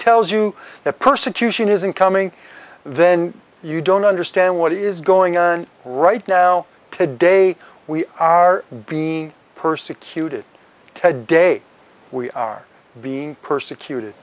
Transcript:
tells you that persecution isn't coming then you don't understand what is going on right now today we are being persecuted today we are being persecuted